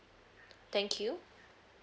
thank you